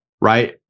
right